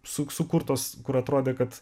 suk sukurtos kur atrodė kad